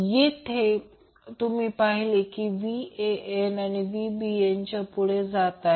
येथे तुम्ही पाहिले Van हे Vbn च्या पुढे जात आहे